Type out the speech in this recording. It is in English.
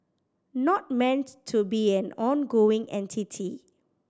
not meant to be an ongoing entity